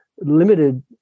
limited